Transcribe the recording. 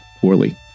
poorly